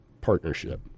partnership